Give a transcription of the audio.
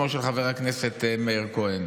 ארי, חברת הכנסת מירב בן ארי.